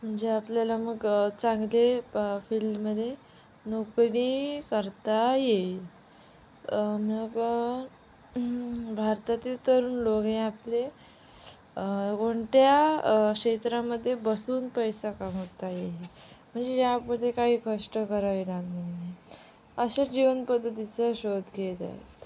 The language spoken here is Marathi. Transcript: म्हणजे आपल्याला मग चांगले प फिल्डमध्ये नोकरी करता येईल मग भारतातील तरुण लोक हे आपले कोणत्या क्षेत्रामध्ये बसून पैसा कमवता येईल म्हणजे ज्यामध्ये काही कष्ट करावे लागणार नाही अशा जीवन पद्धतीचं शोध घेत आहेत